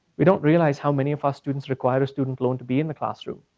we don't realize how many of our students require a student loan to be in the classroom.